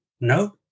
No